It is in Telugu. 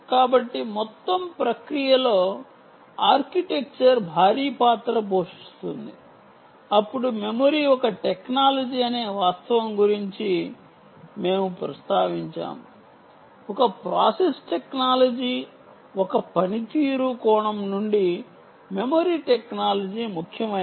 కాబట్టి మొత్తం ప్రక్రియలో ఆర్కిటెక్చర్ భారీ పాత్ర పోషిస్తుంది అప్పుడు మెమరీ ఒక టెక్నాలజీ అనే వాస్తవం గురించి కూడా మేము ప్రస్తావించాము ఒక ప్రాసెస్ టెక్నాలజీ ఒక పనితీరు కోణం నుండి మెమరీ టెక్నాలజీ ముఖ్యమైనది